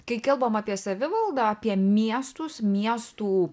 kai kalbam apie savivaldą apie miestus miestų